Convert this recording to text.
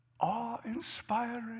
awe-inspiring